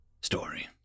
story